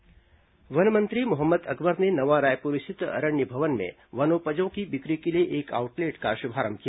अकबर समीक्षा वन मंत्री मोहम्मद अकबर ने नवा रायपुर स्थित अरण्य भवन में वनोपजों की बिक्री के लिए एक आउटलेट का शुभारंभ किया